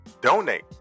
donate